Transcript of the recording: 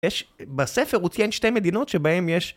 בספר הוא ציין שתי מדינות שבהן יש...